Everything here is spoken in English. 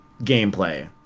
gameplay